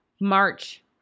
March